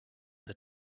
the